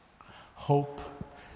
Hope